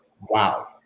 wow